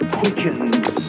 quickens